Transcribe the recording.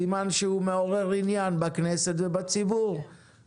סימן שיש עניין ציבורי בנושא זה.